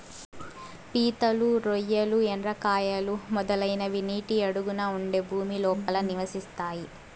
పీతలు, రొయ్యలు, ఎండ్రకాయలు, మొదలైనవి నీటి అడుగున ఉండే భూమి లోపల నివసిస్తాయి